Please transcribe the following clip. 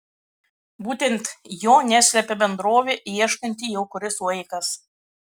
būtent jo neslepia bendrovė ieškanti jau kuris laikas